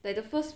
like the first